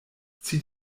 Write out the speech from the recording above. zieh